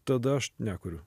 tada aš nekuriu